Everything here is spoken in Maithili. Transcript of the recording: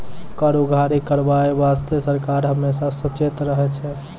कर उगाही करबाय बासतें सरकार हमेसा सचेत रहै छै